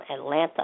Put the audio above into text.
Atlanta